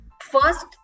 first